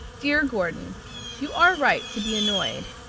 dear gordon you are right to be annoyed.